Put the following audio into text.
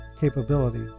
capability